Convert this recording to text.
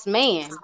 man